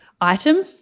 item